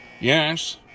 Yes